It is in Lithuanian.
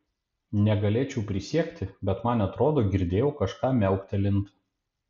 negalėčiau prisiekti bet man atrodo girdėjau kažką miauktelint